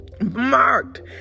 marked